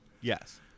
Yes